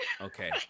Okay